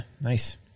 nice